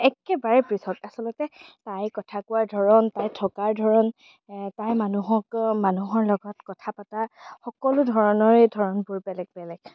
একেবাৰে পৃথক আচলতে তাই কথা কোৱাৰ ধৰণ তাই থকাৰ ধৰণ তাই মানুহক মানুহৰ লগত কথা পতা সকলো ধৰণৰেই ধৰণবোৰ বেলেগ বেলেগ